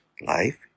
life